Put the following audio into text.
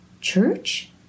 church